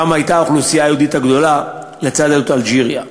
שם הייתה האוכלוסייה היהודית הגדולה לצד יהדות אלג'יריה.